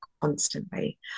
constantly